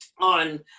on